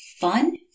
Fun